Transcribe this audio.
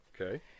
Okay